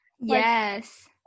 yes